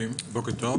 בוקר טוב.